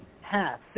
Half